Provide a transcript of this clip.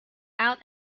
out